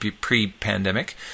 pre-pandemic